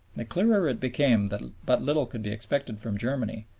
the clearer it became that but little could be expected from germany,